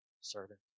servant